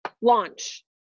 launch